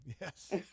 Yes